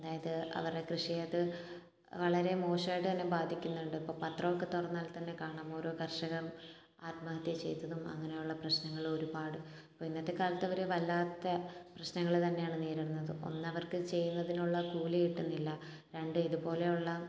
അതായത് അവരുടെ കൃഷിയെ അത് വളരെ മോശമായിട്ട് തന്നെ ബാധിക്കുന്നുണ്ട് ഇപ്പോൾ പത്രമൊക്കെ തുറന്നാൽ തന്നെ കാണാം ഓരോ കർഷകർ ആത്മഹത്യ ചെയ്തതും അങ്ങനുള്ള പ്രശ്നങ്ങളും ഒരുപാട് അപ്പോൾ ഇന്നത്തെ കാലത്ത് അവർ വല്ലാത്ത പ്രശ്നങ്ങൾ തന്നെയാണ് നേരിടുന്നതും ഒന്ന് അവർക്ക് ചെയ്യുന്നതിനുള്ള കൂലി കിട്ടുന്നില്ല രണ്ട് ഇത് പോലെയുള്ള